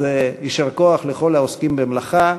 אז יישר כוח לכל העוסקים במלאכה.